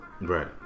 Right